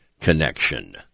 connection